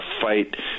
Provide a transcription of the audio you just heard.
fight